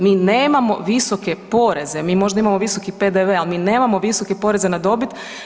Mi nemamo visoke poreze, mi možda imamo visoki PDV, ali mi nemamo visoke poreze na dobit.